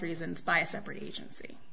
reasons by a separate agency